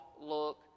look